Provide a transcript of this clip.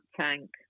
tank